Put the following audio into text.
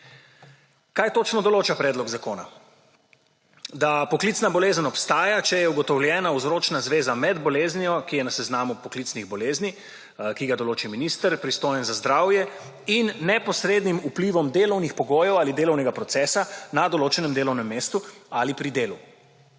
Kaj točno določa predlog zakona? Da poklicna bolezen obstaja, če je ugotovljena vzročna zveza med boleznijo, ki je na seznamu poklicnih bolezni, ki ga določi minister, pristojen za zdravje, in neposrednim vplivom delovnih pogojev ali delovnega procesa na določenem delovnem mestu ali pri delu.